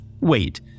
Wait